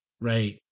right